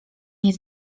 nie